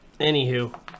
Anywho